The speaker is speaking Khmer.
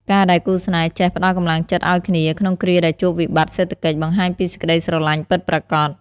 ការដែលគូស្នេហ៍ចេះ "ផ្ដល់កម្លាំងចិត្តឱ្យគ្នា" ក្នុងគ្រាដែលជួបវិបត្តិសេដ្ឋកិច្ច បង្ហាញពីសេចក្ដីស្រឡាញ់ពិតប្រាកដ។